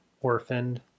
orphaned